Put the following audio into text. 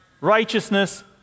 Righteousness